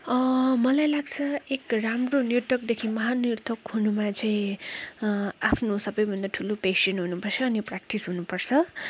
मलाई लाग्छ एक राम्रो नर्तकदेखि महान नर्तक हुनुमा चाहिँ आफ्नो सबैभन्दा ठुलो पेसन हुनुपर्छ अनि प्रेक्टिस हुनुपर्छ